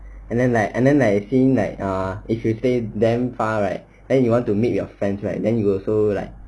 and then like and then I think like err if you take them far right then you want to meet your friends right then you will also like